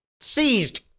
Seized